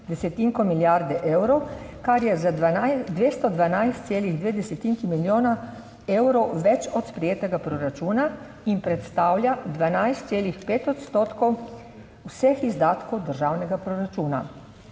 desetinko milijarde evrov, kar je za 212,2 desetinki milijona evrov več od sprejetega proračuna in predstavlja 12,5 odstotkov vseh izdatkov državnega proračuna,